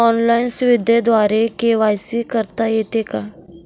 Online सुविधेद्वारे KYC करता येते का?